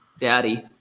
daddy